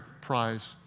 prize